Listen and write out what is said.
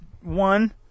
one